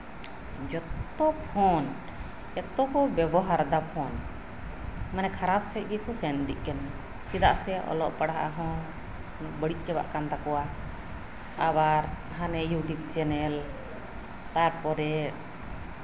ᱡᱚᱛᱛᱚ ᱠᱷᱚᱱ ᱮᱛᱚ ᱵᱮᱣᱦᱟᱨ ᱫᱟᱠᱚ ᱯᱷᱳᱱ ᱢᱟᱱᱮ ᱠᱷᱟᱟᱯ ᱥᱮᱡ ᱜᱮᱠᱚ ᱥᱮᱱ ᱤᱫᱤᱜ ᱠᱟᱱᱟ ᱪᱮᱫᱟᱜ ᱥᱮ ᱚᱞᱚᱜ ᱯᱟᱲᱦᱟᱜ ᱦᱚᱸ ᱵᱟᱹᱲᱤᱡ ᱪᱟᱵᱟᱜ ᱠᱟᱱ ᱛᱟᱠᱚᱣᱟ ᱟᱵᱚᱨ ᱦᱟᱱᱮ ᱤᱭᱩᱴᱩᱵ ᱪᱮᱱᱮᱞ ᱛᱟᱨᱯᱚᱨᱮ